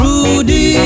Rudy